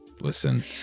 Listen